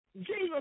Jesus